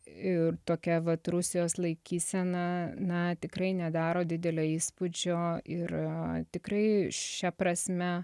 ir tokia vat rusijos laikysena na tikrai nedaro didelio įspūdžio ir tikrai šia prasme